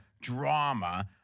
drama